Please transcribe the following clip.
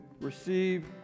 Receive